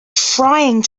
trying